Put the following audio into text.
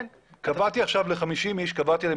קבעתי ל-50 אנשים.